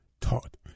taught